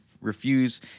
refuse